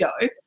go